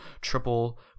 triple